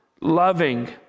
loving